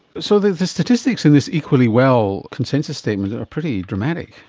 so the the statistics in this equally well consensus statement are pretty dramatic.